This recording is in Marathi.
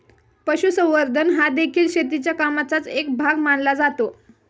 पशुसंवर्धन हादेखील शेतीच्या कामाचाच एक भाग मानला जातो